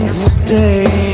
stay